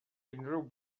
unrhyw